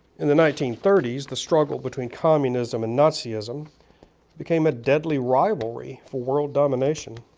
in the nineteen thirty s, the struggle between communism and nazism became a deadly rivalry for world domination.